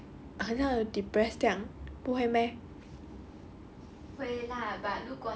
then I started to think weird stuff leh like 很像很 depress 这样不会 meh